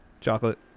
Chocolate